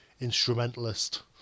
instrumentalist